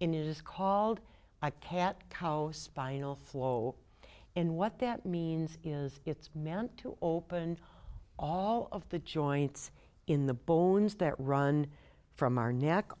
in is called ikat cow spinal flow and what that means is it's meant to open all of the joints in the bones that run from our neck